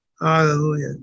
Hallelujah